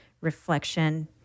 reflection